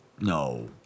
No